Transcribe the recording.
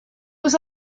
was